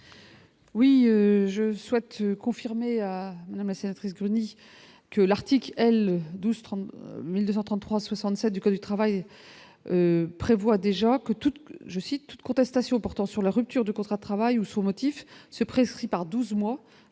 Oui, je souhaite confirmer à amassé un Trisconi que l'Artic L 12 30233 67 du code du travail prévoit déjà que toute je cite toute contestation portant sur la rupture de contrat de travail ou sous le motif se prescrit par 12 mois à